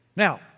Now